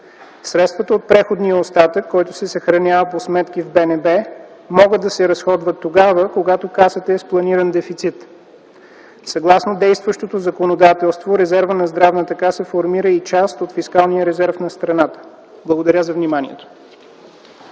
Средствата от преходния остатък, които се съхраняват по сметки в БНБ, могат да се разходват тогава, когато Касата е с планиран дефицит. Съгласно действащото законодателство, резервът на Здравната каса формира и част от фискалния резерв на страната. Благодаря за вниманието.